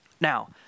Now